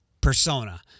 persona